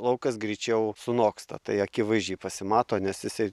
laukas greičiau sunoksta tai akivaizdžiai pasimato nes jisai